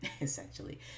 essentially